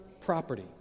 property